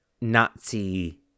Nazi